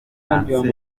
kanseri